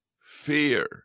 fear